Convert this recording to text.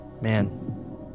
Man